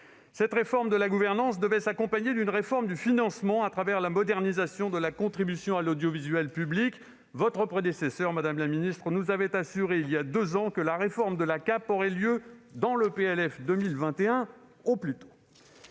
Cette réforme de la gouvernance devait s'accompagner d'une réforme du financement, au travers de la modernisation de la contribution à l'audiovisuel public (CAP). Votre prédécesseur, madame la ministre, nous avait assuré voilà deux ans que la réforme de la CAP aurait lieu dans le PLF 2021 au plus tard